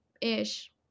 ish